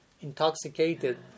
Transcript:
intoxicated